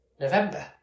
November